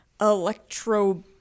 electro